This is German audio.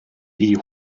die